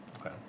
Okay